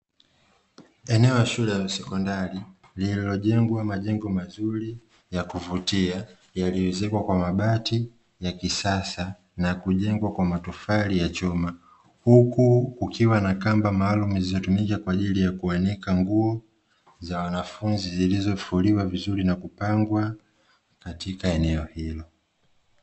Eneo la shule ya sekondari iliyojengwa majengo mazuri ya kuvutia yaliyoezekwa kwa mabati ya kisasa na kujengwa kwa matofali ya chuma, huku kukiwa na kamba maalumu zinazotumika kuanika nguo za wanafunzi zilizofuliwa vizuri na kupangwa katika eneo hilo.